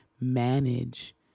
manage